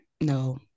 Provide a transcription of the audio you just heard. no